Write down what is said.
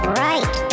right